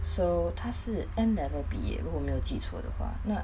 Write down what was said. so 他是 N-level 毕业如果没有记错的话那